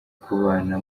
kubana